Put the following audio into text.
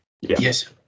Yes